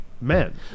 men